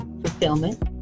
fulfillment